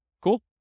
Cool